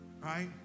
Right